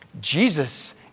Jesus